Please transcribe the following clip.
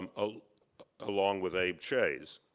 um ah along with a. chayes.